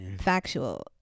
factual